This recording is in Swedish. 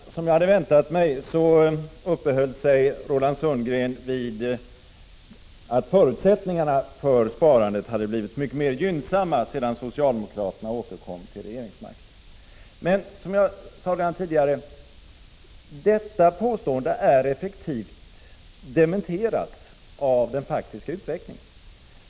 Herr talman! Som jag hade väntat mig uppehöll sig Roland Sundgren vid att förutsättningarna för sparandet hade blivit mycket mer gynnsamma sedan socialdemokraterna återkom till regeringsmakten. Men som jag sade redan tidigare: Detta påstående är effektivt dementerat av den faktiska utvecklingen.